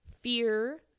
fear